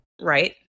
right